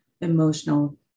emotional